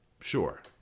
Sure